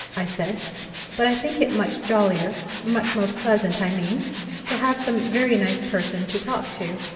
i said but i think it much jollier much more pleasant, i mean to have some very nice person to talk to.